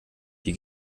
die